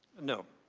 no.